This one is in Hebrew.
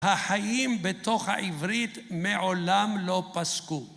החיים בתוך העברית מעולם לא פסקו